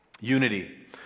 Unity